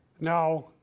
now